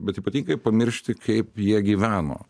bet ypatingai pamiršti kaip jie gyveno